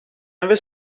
never